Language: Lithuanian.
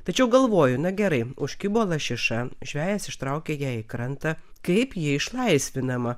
tačiau galvoju na gerai užkibo lašiša žvejas ištraukė ją į krantą kaip ji išlaisvinama